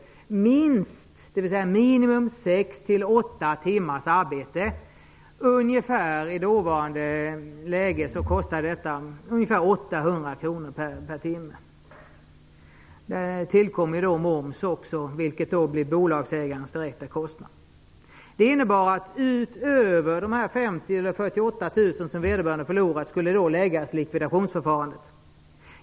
För detta skulle krävas minst sex till åtta timmars arbete, till en kostnad av i dåvarande läge ungefär 800 kr timme. Därtill tillkom moms som en direkt kostnad för bolagsägaren. Till de 48 000 kr som vederbörande förlorat skulle alltså läggas kostnaden för likvidationsförfarandet.